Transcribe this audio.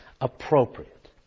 appropriate